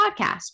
podcast